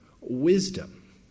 wisdom